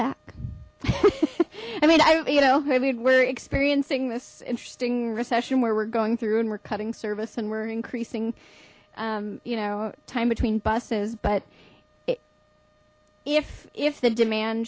back i mean i you know maybe we're experiencing this interesting recession where we're going through and we're cutting service and we're increasing you know time between buses but it if if the demand